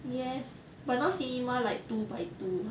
yes but now cinema like two by two [what]